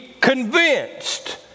convinced